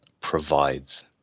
provides